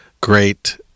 great